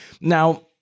Now